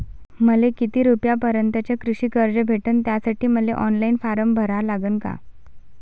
मले किती रूपयापर्यंतचं कृषी कर्ज भेटन, त्यासाठी मले ऑनलाईन फारम भरा लागन का?